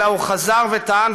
אלא הוא חזר וטען,